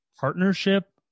partnership